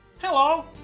Hello